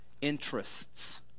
interests